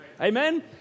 Amen